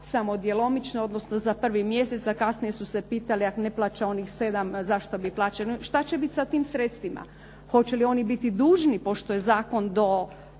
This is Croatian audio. samo djelomično, odnosno samo za prvi mjesec, a kasnije su se pitali, ako ne plaća onih sedam zašto bi plaćali. Što će biti sa tim sredstvima? Hoće li oni biti dužni pošto je zakon dok